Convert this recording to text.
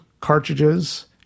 cartridges